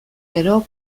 gero